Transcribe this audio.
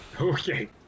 Okay